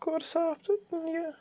کوٚر صاف تہٕ یہِ